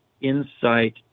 insight